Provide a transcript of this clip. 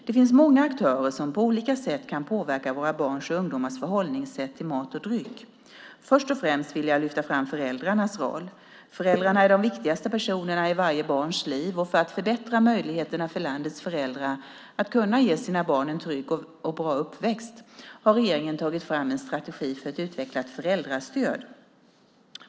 Det finns många aktörer som på olika sätt kan påverka våra barns och ungdomars förhållningssätt till mat och dryck. Först och främst vill jag lyfta fram föräldrarnas roll. Föräldrarna är de viktigaste personerna i varje barns liv och för att förbättra möjligheterna för landets föräldrar att kunna ge sina barn en trygg och bra uppväxt har regeringen tagit fram en strategi för ett utvecklat föräldrastöd.